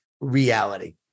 reality